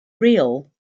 real